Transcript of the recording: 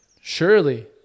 surely